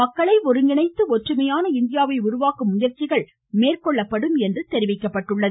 மக்களை ஒருங்கிணைத்து ஒற்றுமையான இந்தியாவை உருவாக்கும் முயற்சிகள் மேற்கொள்ளப்படும் என்று தெரிவிக்கப்பட்டுள்ளது